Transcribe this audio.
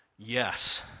Yes